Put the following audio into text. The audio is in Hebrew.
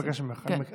אני מבקש ממך, כן.